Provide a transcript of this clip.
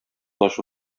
ачу